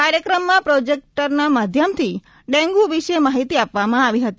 કાર્યક્રમમાં પ્રોજેક્ટરના માધ્યમ થી ડેંગ્ર વિષે માહિતી આપવામાં આવી હતી